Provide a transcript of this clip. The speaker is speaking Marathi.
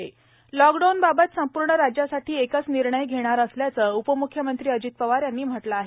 उपमुख्यमंत्री लॉकडाऊनबाबत संपूर्ण राज्यासाठी एकच निर्णय घेणार असल्याचं उपमुख्यमंत्री अजित पवार यांनी म्हटलं आहे